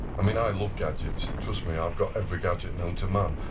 i mean i love gadgets, trust me i've got every gadget known to man,